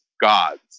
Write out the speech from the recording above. gods